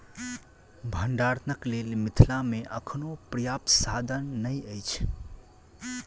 भंडारणक लेल मिथिला मे अखनो पर्याप्त साधन नै अछि